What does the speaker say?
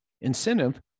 incentive